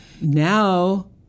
now